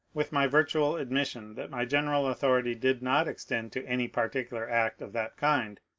with my virtufd admission that my general authority did not extend to any particular act of that kind,